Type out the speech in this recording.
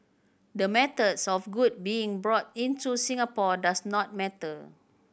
the methods of good being brought into Singapore does not matter